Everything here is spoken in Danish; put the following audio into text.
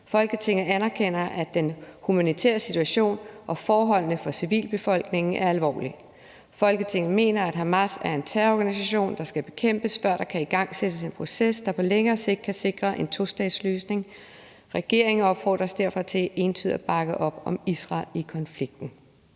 Folketinget anerkender, at den humanitære situation og forholdene for civilbefolkningen er alvorlige. Folketinget mener, at Hamas er en terrororganisation, der skal bekæmpes, før der kan igangsættes en proces, der på længere sigt kan sikre en tostatsløsning. Regeringen opfordres derfor til entydigt at bakke op om Israel i konflikten«.